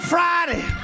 Friday